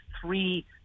three